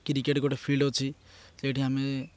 cricket ଗୋଟେ field ଅଛି ସେଇଠି ଆମେ